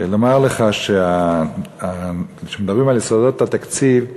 לומר לך שכשמדברים על יסודות התקציב,